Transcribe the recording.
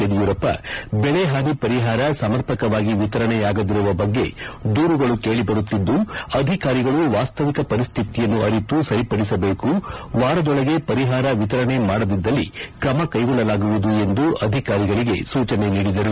ಯಡಿಯೂರಪ್ಪ ಬೆಳೆ ಪಾನಿ ಪರಿಪಾರ ಸಮರ್ಪಕವಾಗಿ ವಿತರಣೆಯಾಗದಿರುವ ಬಗ್ಗೆ ದೂರುಗಳು ಕೇಳಬರುತ್ತಿದ್ದು ಅಧಿಕಾರಿಗಳು ವಾಸ್ತಾವಿಕ ಪರಿಸ್ಥಿತಿಯನ್ನು ಅರಿತು ಸರಿಪಡಿಸಬೇಕು ವಾರದೊಳಗೆ ಪರಿಪಾರ ಎತರಣೆ ಮಾಡದಿದ್ದಲ್ಲಿ ತ್ರಮ ಕೈಗೊಳ್ಳಲಾಗುವುದು ಎಂದು ಅಧಿಕಾರಿಗಳಿಗೆ ಸೂಚನೆ ನೀಡಿದರು